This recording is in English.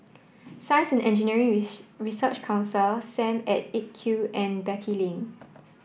Science and Engineering Research Council Sam at eight Q and Beatty Lane